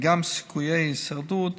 וגם סיכויי ההישרדות,